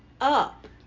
up